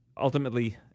ultimately